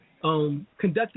conducted